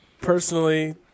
personally